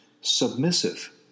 submissive